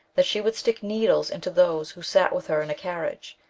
that she would stick needles into those who sat with her in a carriage,